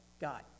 God